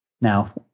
Now